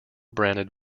branded